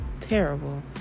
terrible